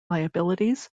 liabilities